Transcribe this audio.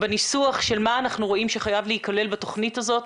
בניסוח של מה אנחנו רואים שחייב להיכלל בתוכנית הזאת.